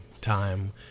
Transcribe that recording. time